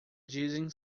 dizem